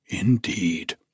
indeed